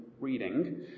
reading